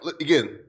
again